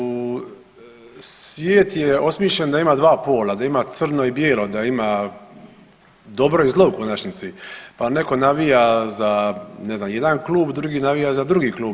Vidite svijet je osmišljen da ima dva pola, da ima crno i bijelo, da ima dobro i zlo u konačnici, pa netko navija za ne znam jedan klub, drugi navija za drugi klub.